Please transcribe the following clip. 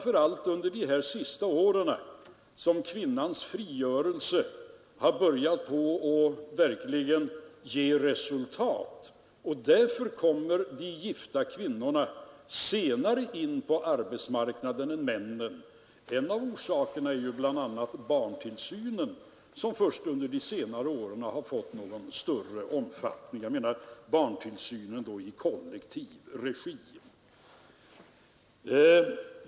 Först under de senaste åren har kvinnans frigörelse verkligen börjat ge resultat. Därför kommer de gifta kvinnorna senare in på arbetsmarknaden än männen. En av orsakerna är barntillsynen, som först under de senare åren fått en större omfattning, barntillsynen då i kollektiv regi.